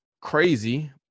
crazy